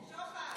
שוחד.